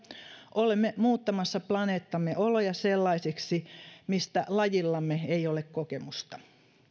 olemme muuttamassa planeettamme oloja sellaisiksi mistä lajillamme ei ole kokemusta